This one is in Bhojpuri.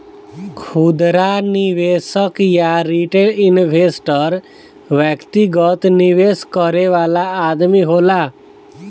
खुदरा निवेशक या रिटेल इन्वेस्टर व्यक्तिगत निवेश करे वाला आदमी होला